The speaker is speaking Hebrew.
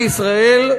בישראל,